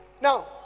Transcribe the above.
Now